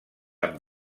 amb